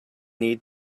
need